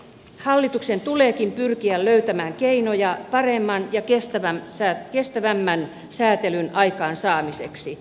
hallituksen tuleekin pyrkiä löytämään keinoja paremman ja kestävämmän säätelyn aikaansaamiseksi